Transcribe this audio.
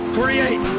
create